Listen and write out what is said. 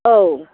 औ